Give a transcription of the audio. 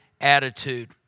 attitude